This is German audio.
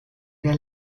der